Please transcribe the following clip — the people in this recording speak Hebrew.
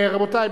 רבותי,